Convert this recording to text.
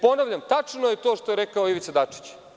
Ponavljam, tačno je to što je rekao Ivica Dačić.